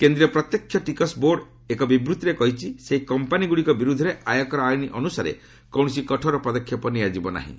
କେନ୍ଦ୍ରୀୟ ପ୍ରତ୍ୟକ୍ଷ ଟିକସ ବୋର୍ଡ ଏକ ବିବୃତ୍ତିରେ କହିଛି ସେହି କମ୍ପାନିଗୁଡ଼ିକ ବିରୁଦ୍ଧରେ ଆୟକର ଆଇନ ଅନୁସାରେ କୌଣସି କଠୋର ପଦକ୍ଷେପ ନିଆଯିବ ନାହିଁ